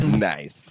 Nice